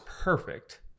perfect